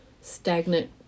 stagnant